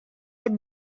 had